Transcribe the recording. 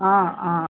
অঁ অঁ